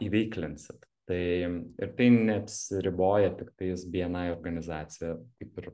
įveiklinsit tai ir tai neapsiriboja tiktais bni organizacija kaip ir